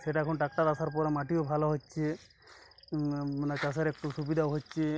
সেটা এখন ট্রাক্টর আসার পরে মাটিও ভালো হচ্ছে মানে চাষের একটু সুবিধা হচ্ছে